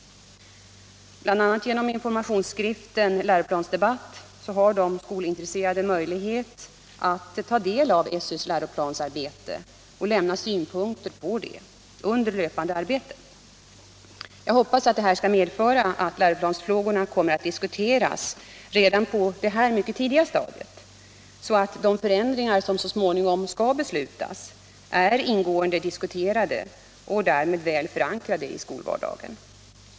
Bl. a. genom informationsskriften Läroplansdebatt har de skolintresserade möjlighet att ta del av SÖ:s läroplansarbete och lämna synpunkter på det under löpande arbete. Jag hoppas att det skall medföra att läroplansfrågorna kommer att diskuteras redan på detta mycket tidiga stadium, så att de förändringar som så småningom skall beslutas är ingående diskuterade och därmed väl förankrade i skolvardagen.